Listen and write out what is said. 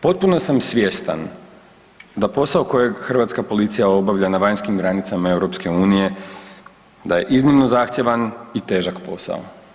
Potpuno sam svjestan da posao kojeg hrvatska policija obavlja na vanjskim granicama EU da je iznimno zahtjevan i težak posao.